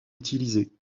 utilisées